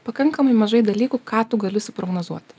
pakankamai mažai dalykų ką tu gali suprognozuoti